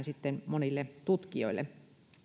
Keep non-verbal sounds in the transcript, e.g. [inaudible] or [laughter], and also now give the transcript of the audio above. [unintelligible] sitten eteenpäin monille tutkijoille